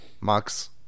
Max